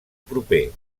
proper